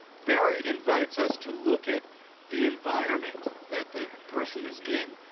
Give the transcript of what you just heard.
barry invites us to look at the environment that the person is in.